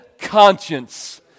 conscience